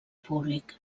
públic